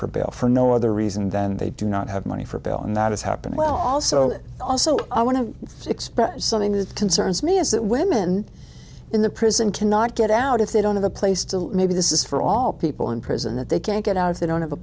for bail for no other reason than they do not have money for bail and that has happened well also that also i want to express something that concerns me is that women in the prison cannot get out if they don't have a place to live maybe this is for all people in prison that they can't get out if they don't have a